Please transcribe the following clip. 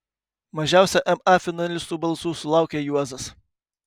mažiausia ma finalistų balsų sulaukė juozas